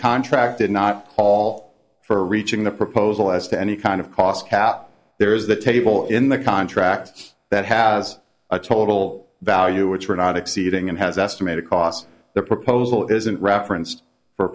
contract did not call for reaching the proposal as to any kind of cost cap there is that table in the contracts that has a total value which were not exceeding and has estimated costs the proposal isn't referenced for